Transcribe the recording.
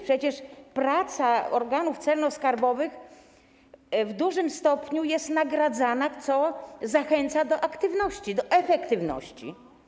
Przecież praca organów celno-skarbowych w dużym stopniu jest nagradzana, co zachęca do aktywności, do efektywności.